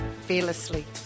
Fearlessly